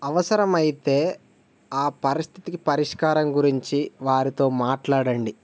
అవసరమైతే ఆ పరిస్థితికి పరిష్కారం గురించి వారితో మాట్లాడండి